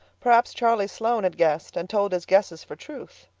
perhaps charlie sloane had guessed and told his guesses for truth.